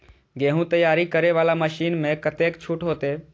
गेहूं तैयारी करे वाला मशीन में कतेक छूट होते?